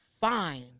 fine